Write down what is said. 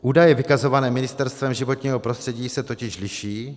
Údaje vykazované Ministerstvem životního prostředí se totiž liší.